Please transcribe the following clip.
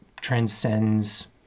transcends